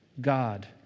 God